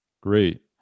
Great